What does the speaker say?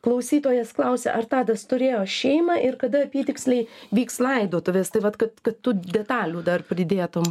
klausytojas klausia ar tadas turėjo šeimą ir kada apytiksliai vyks laidotuvės tai vat kad kad tų detalių dar pridėtum